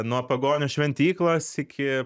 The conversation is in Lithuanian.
nuo pagonių šventyklos iki